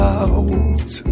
out